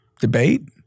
debate